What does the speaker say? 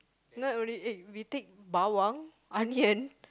not only egg we take bawang onion